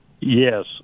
Yes